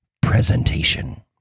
presentation